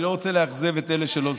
אני לא רוצה לאכזב את אלה שלא,